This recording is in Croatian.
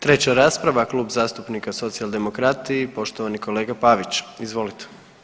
Treća rasprava Klub zastupnika Socijaldemokrati poštovani kolega Pavić, izvolite.